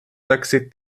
taksi